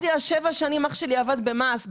במשך שבע שנים אח שלי עבד במע"ש,